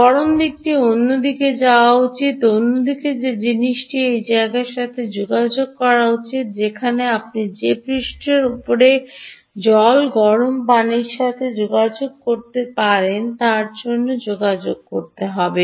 গরম দিকটি অন্যদিকে হওয়া উচিত অন্যদিকে যে জিনিসটি সেই জায়গাটির সাথে যোগাযোগ করা উচিত যেখানে আপনি যে পৃষ্ঠের উপরে জল গরম পানির সাথে যোগাযোগ করতে পারেন তার উপরে যোগাযোগ করতে হবে